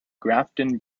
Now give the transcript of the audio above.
grafton